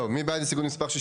טוב, מי בעד הסתייגות מספר 68?